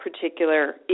particular